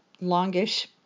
longish